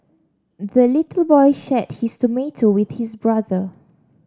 the little boy shared his tomato with his brother